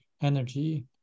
energy